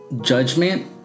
judgment